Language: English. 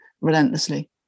relentlessly